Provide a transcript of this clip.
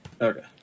Okay